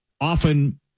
often